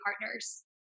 partners